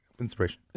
inspiration